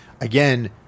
again